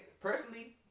personally